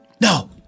No